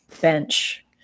bench